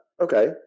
Okay